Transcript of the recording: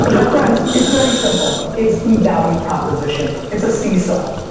my friends, it's very simple. it's the value proposition, it's a seesaw.